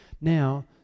now